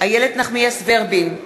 איילת נחמיאס ורבין,